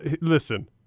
listen